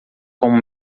como